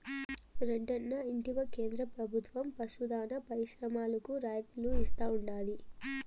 రెడ్డన్నా ఇంటివా కేంద్ర ప్రభుత్వం పశు దాణా పరిశ్రమలకు రాయితీలు ఇస్తా ఉండాది